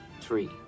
three